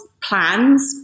plans